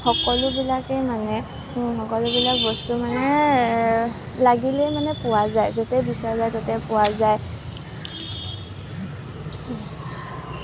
সকলোবিলাকেই মানে সকলোবিলাক বস্তু মানে লাগিলেই মানে পোৱা যায় য'তেই বিচৰা যায় ত'তেই পোৱা যায়